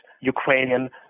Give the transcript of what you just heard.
Ukrainian